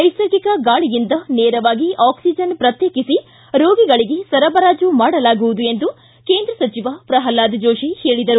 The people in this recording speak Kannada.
ನೈಸರ್ಗಿಕ ಗಾಳಿಯಿಂದ ನೇರವಾಗಿ ಆಕ್ಷಿಜನ್ ಪ್ರತ್ಯೇಕಿಸಿ ರೋಗಿಗಳಿಗೆ ಸರಬರಾಜು ಮಾಡಲಾಗುವುದು ಎಂದು ಸಚಿವ ಪ್ರಲ್ವಾದ್ ಜೋತಿ ಹೇಳಿದರು